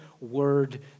word